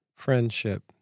friendship